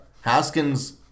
Haskins